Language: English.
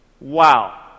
Wow